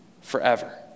forever